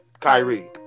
Kyrie